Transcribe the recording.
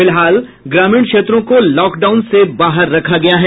फिलहाल ग्रामीण क्षेत्रों को लॉक डाउन से बाहर रखा गया है